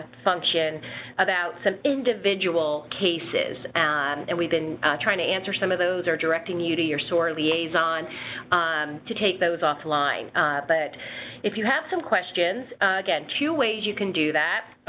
function about some individual cases and and we've been trying to answer some of those or directing you to your sore liaison um to take those off line but if you have some questions again two ways you can do that.